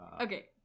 Okay